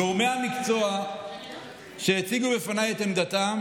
גורמי המקצוע שהציגו בפניי את עמדתם,